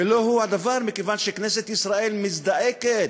ולא הוא הדבר, כיוון שכנסת ישראל מזדעקת